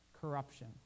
corruption